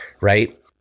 right